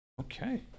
Okay